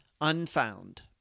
Unfound